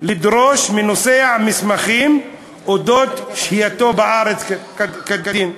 לדרוש מנוסע מסמכים על אודות שהייתו בארץ כדין".